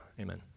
Amen